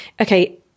okay